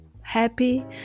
Happy